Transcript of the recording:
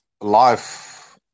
life